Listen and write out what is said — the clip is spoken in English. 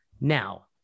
now